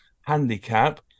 handicap